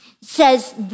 says